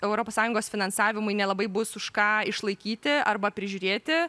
europos sąjungos finansavimui nelabai bus už ką išlaikyti arba prižiūrėti